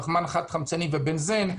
פחמן חד חמצני ובנזן,